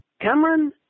Cameron